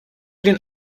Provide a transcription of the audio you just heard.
den